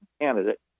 candidate